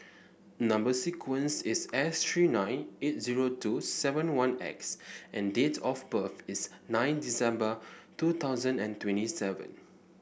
number sequence is S three nine eight zero two seven one X and date of birth is nine December two thousand and twenty seven